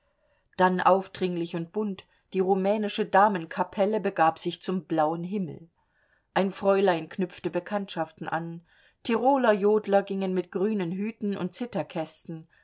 dann aufdringlich und bunt die rumänische damenkapelle begab sich zum blauen himmel ein fräulein knüpfte bekanntschaften an tirolerjodler gingen mit grünen hüten und